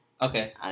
Okay